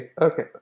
Okay